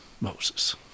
Moses